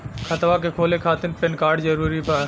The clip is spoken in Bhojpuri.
खतवा के खोले खातिर पेन कार्ड जरूरी बा?